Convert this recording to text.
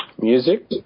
Music